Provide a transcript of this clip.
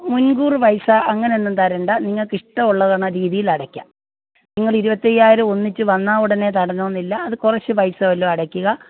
മുൻകൂറ് പൈസ അങ്ങനെ ഒന്നും തരണ്ട നിങ്ങൾക്ക് ഇഷ്ടമുള്ള രീതിയിൽ അടയ്ക്കാം നിങ്ങൾ ഇരുപത്തി അയ്യായിരം ഒന്നിച്ച് വന്നാൽ ഉടനെ തരണമെന്നില്ല അത് കുറച്ച് പൈസ വല്ലോം അടയ്ക്കുക